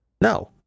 No